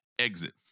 exit